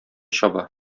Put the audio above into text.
чаба